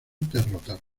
derrotaron